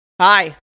Hi